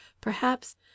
Perhaps—